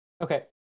okay